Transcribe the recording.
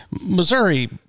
Missouri